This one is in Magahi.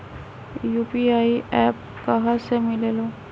यू.पी.आई एप्प कहा से मिलेलु?